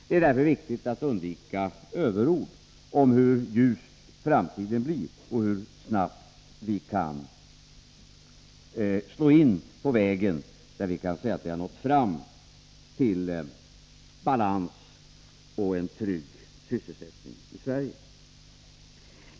Det är därför viktigt att undvika överord om hur ljus framtiden blir och om hur snabbt vi kan komma därhän att vi kan säga att vi har nått fram till balans och tryggad sysselsättning i Sverige.